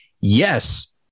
yes